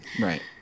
Right